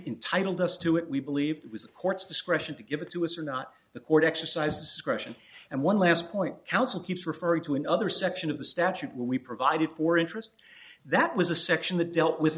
intitled us to it we believe it was the court's discretion to give it to us or not the court exercise discretion and one last point counsel keeps referring to another section of the statute we provided for interest that was a section that dealt with